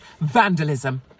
vandalism